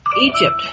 Egypt